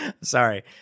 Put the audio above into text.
sorry